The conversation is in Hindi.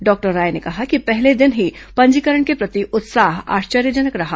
डॉक्टर राय ने कहा कि पहले दिन ही पंजीकरण के प्रति उत्साह आश्चर्यजनक रहा